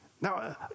Now